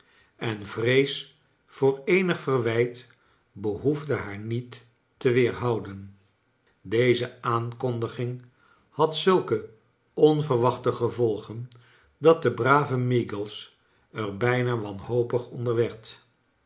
en vrees voor eenig verwijt behoefde haar niet te weerhouden deze aankondiging had zulke onverwachte gevolgen dat de brave meagles er bijna wanhopig